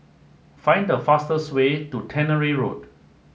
find the fastest way to Tannery Road